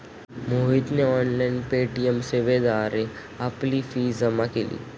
मोहितने online payment सेवेद्वारे आपली फी जमा केली